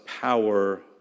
power